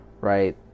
right